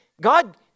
God